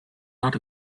not